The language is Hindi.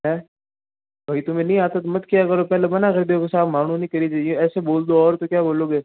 हैं और यह तुम्हें नहीं आता तो मत किया करो पहले मना कर देना था कि साहब मना ना करी जे ऐसे बोल दो और तो क्या बोलोंगे